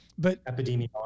Epidemiology